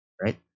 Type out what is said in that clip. Right